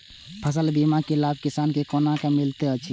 फसल बीमा के लाभ किसान के कोना मिलेत अछि?